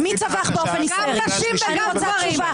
לא הבנתי, למה היועצת המשפטית לא יכולה לדבר?